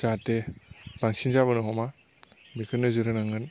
जाहाथे बांसिन जाबोनो हमा बेखौ नोजोर होनांगोन